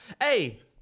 Hey